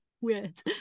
weird